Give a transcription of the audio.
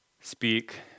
Speak